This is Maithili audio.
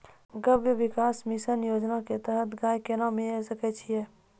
गव्य विकास मिसन योजना के तहत गाय केना लिये सकय छियै?